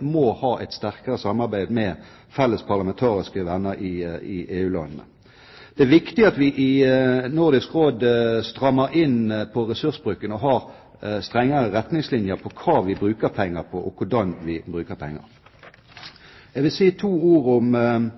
må ha et sterkere samarbeid med felles parlamentariske venner i EU-landene. Det er viktig at vi i Nordisk Råd strammer inn på ressursbruken og har strengere retningslinjer for hva vi bruker penger på, og hvordan vi bruker penger. Jeg vil si to ord om